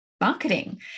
marketing